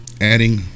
adding